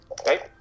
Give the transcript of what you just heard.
Okay